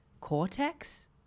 cortex